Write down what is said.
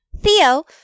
Theo